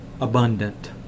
abundant